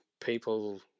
people